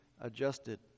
adjusted